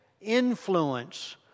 influence